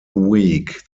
week